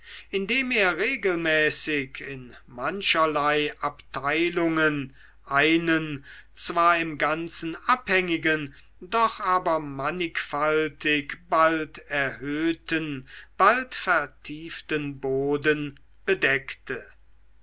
indem er regelmäßig in mancherlei abteilungen einen zwar im ganzen abhängigen doch aber mannigfaltig bald erhöhten bald vertieften boden bedeckte